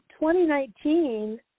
2019